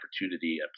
opportunity